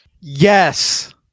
Yes